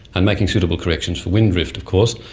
and making suitable corrections for wind drift of course,